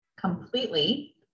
completely